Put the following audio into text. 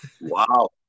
Wow